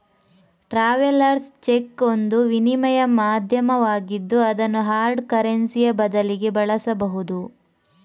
travellers cheque ಒಂದು ವಿನಿಮಯ ಮಾಧ್ಯಮವಾಗಿದ್ದು ಅದನ್ನು ಹಾರ್ಡ್ ಕರೆನ್ಸಿಯ ಬದಲಿಗೆ ಬಳಸಬಹುದು